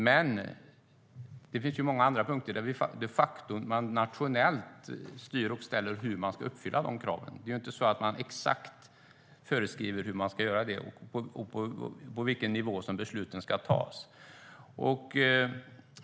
Men det finns många andra punkter där vi de facto nationellt styr och ställer om hur man ska uppfylla de kraven. Det är ju inte så att vi exakt föreskriver hur man ska göra det eller på vilken nivå besluten ska tas.